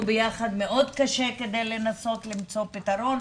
ביחד מאוד קשה כדי לנסות למצוא פתרון,